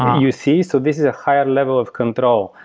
you see? so this is a higher level of control.